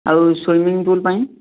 ଆଉ swimming pool ପାଇଁ